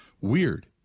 Weird